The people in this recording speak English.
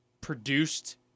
produced